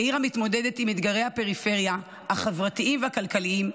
כעיר המתמודדת עם אתגרי הפריפריה החברתיים והכלכליים,